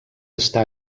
està